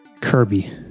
Kirby